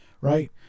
right